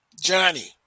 Johnny